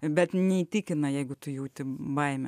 bet neįtikina jeigu tu jauti baimę